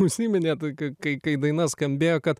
užsiminėt k kai kai daina skambėjo kad